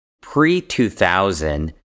Pre-2000